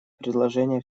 предложения